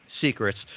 secrets